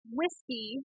whiskey